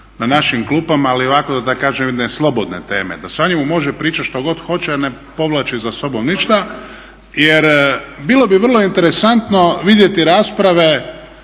na našim klupama ali ovako da tako kažem jedne slobodne teme, da se o njemu može pričati što god hoće, a ne povlači za sobom ništa jer bilo bi vrlo interesantno vidjeti rasprave